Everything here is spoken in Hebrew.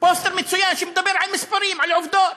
פוסטר מצוין שמדבר על מספרים, על עובדות.